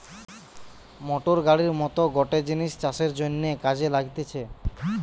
motor গাড়ির মত গটে জিনিস চাষের জন্যে কাজে লাগতিছে